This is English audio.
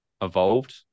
evolved